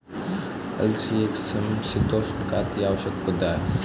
अलसी एक समशीतोष्ण का अति आवश्यक पौधा है